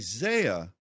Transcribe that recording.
Isaiah